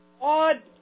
odd